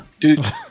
Dude